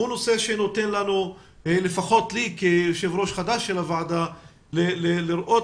נותן לי כיושב-ראש חדש של הוועדה לראות